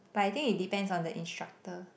but I think it depends on the instructor